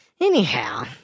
Anyhow